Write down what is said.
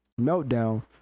meltdown